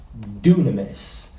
dunamis